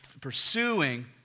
pursuing